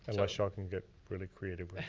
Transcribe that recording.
and much y'all can get pretty creative with